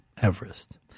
Everest